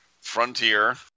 Frontier